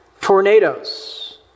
tornadoes